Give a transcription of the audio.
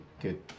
good